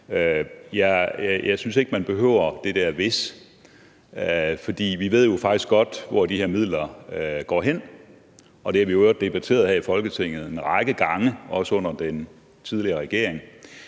Jeg synes ikke, man behøver det der »hvis«, for vi ved jo faktisk godt, hvor de her midler går hen, og det har vi i øvrigt debatteret her i Folketinget en række gange, også under den tidligere regering.